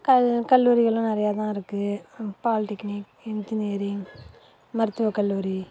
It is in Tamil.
கல் கல்லூரிகளும் நிறையா தான் இருக்குது பால்டெக்கினிக் இன்ஜினியரிங் மருத்துவ கல்லூரி